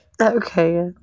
Okay